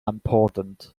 important